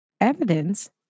Evidence